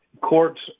courts